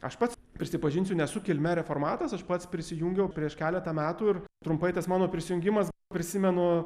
aš pats prisipažinsiu nesu kilme reformatas aš pats prisijungiau prieš keletą metų ir trumpai tas mano prisijungimas prisimenu